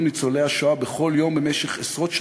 ניצולי השואה בכל יום במשך עשרות שנים,